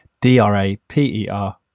D-R-A-P-E-R